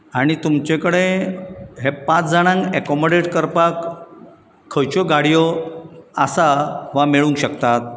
आनी तुमचे कडेन हे पांच जाणांक एकोमोडेट करपाक खंयच्यो गाड्यो आसा वा मेळूंक शकतात